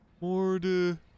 Mord